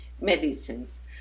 medicines